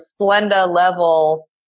Splenda-level